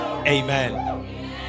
Amen